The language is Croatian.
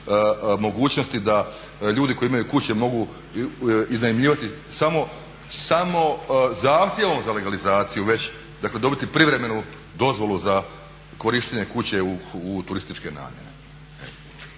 mogućnosti da ljudi koji imaju kuće mogu iznajmljivati samo zahtjevom za legalizaciju već dakle dobiti privremenu dozvolu za korištenje kuće u turističke namjene.